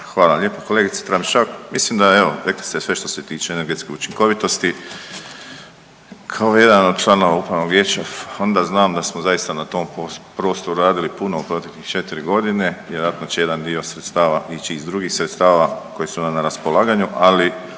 Hvala lijepo. Kolegice Tramišak mislim da evo rekli ste sve što se tiče energetske učinkovitosti. Kao jedan od članova upravnog vijeća Fonda znam da smo zaista na tom prostoru radili puno proteklih 4 godine. Vjerojatno će jedan dio sredstava ići iz drugih sredstava koji su nam na raspolaganju. Ali